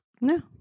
No